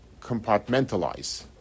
compartmentalize